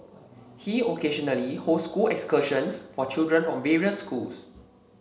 he occasionally hosts school excursions for children from various schools